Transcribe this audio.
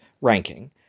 ranking